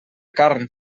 carn